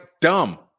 dumb